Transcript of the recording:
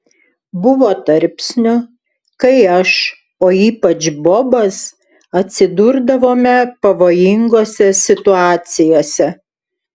buvo tarpsnių kai aš o ypač bobas atsidurdavome pavojingose situacijose